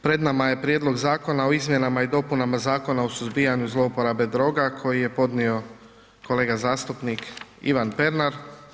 Pred nama je prijedlog zakona o izmjenama i dopunama Zakona o suzbijanju zlouporabe droga koji je podnio kolega zastupnik Ivan Pernar.